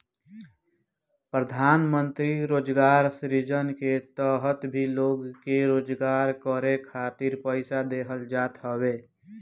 प्रधानमंत्री रोजगार सृजन के तहत भी लोग के रोजगार करे खातिर पईसा देहल जात हवे